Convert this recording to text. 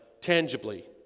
tangibly